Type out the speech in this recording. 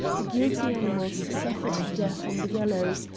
the guilty animals suffered death on the gallows,